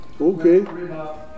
Okay